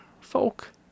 folk